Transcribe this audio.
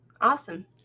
Awesome